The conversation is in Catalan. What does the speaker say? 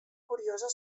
curiosa